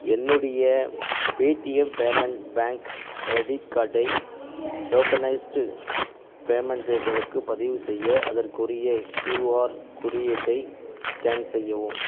என்னுடைய Paytm payment bank credit கார்டை tokenised பேமெண்டுகளுக்கு பதிவு செய்ய அதற்குரிய கியூஆர் குறியீட்டை ஸ்கேன் செய்யவும்